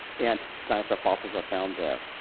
and dinosaur fossils are found there.